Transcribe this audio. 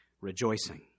rejoicing